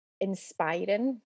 inspiring